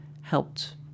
helped